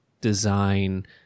design